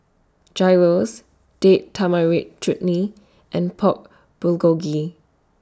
Gyros Date Tamarind Chutney and Pork Bulgogi